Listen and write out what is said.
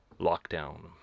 lockdown